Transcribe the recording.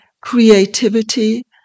creativity